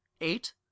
Eight